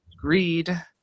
greed